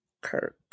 Kirk